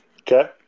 Okay